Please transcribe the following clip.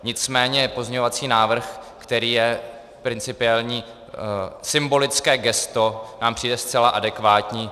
Nicméně pozměňovací návrh, který je principiální, symbolické gesto, nám přijde zcela adekvátní.